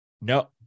No